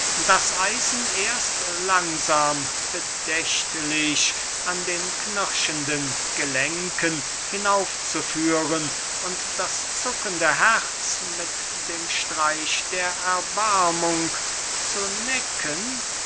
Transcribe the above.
das eisen erst langsam bedächtlich an den knirschenden gelenken hinaufzuführen und das zuckende herz mit dem streich der erbarmung zu necken